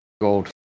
gold